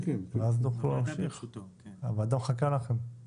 אני מבין ששווי של תחנת רדיו נקבע לפי האזור שהיא מכסה,